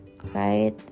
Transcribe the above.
right